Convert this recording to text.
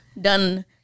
done